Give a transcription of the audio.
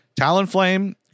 Talonflame